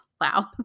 wow